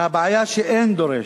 והבעיה שאין דורש.